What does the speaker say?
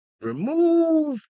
remove